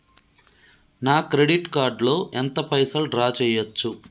నా credit card లో ఎంత పైసల్ డ్రా చేయచ్చు?